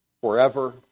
forever